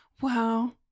Wow